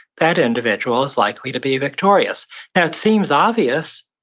that individual is likely to be victorious now, it seems obvious,